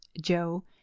joe